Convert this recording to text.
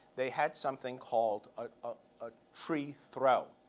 they had something called ah ah a tree throw.